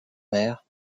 mer